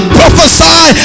prophesy